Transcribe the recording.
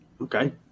Okay